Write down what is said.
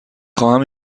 خواهم